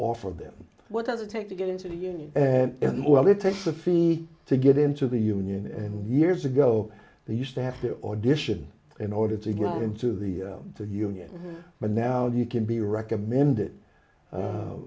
offer them what does it take to get into the union and well it takes a fee to get into the union and years ago they used to have to audition in order to get into the the union but now you can be recommended